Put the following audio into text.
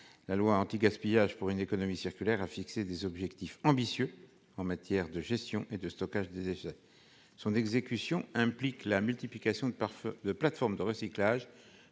La loi anti-gaspillage pour une économie circulaire a fixé des objectifs ambitieux en matière de gestion et de stockage des déchets. Son exécution implique la multiplication de pare-feu de plateforme de recyclage